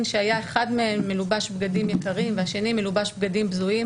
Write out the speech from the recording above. שהיה אחד מהם מלובש בגדים יקרים והשני מלובש בגדים בזויים.